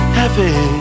happy